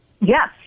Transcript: Yes